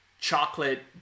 chocolate